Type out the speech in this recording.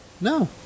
No